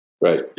Right